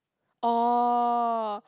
oh